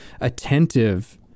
attentive